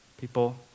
People